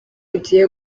ugiye